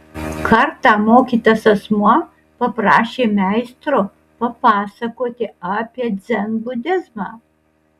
kartą mokytas asmuo paprašė meistro papasakoti apie dzenbudizmą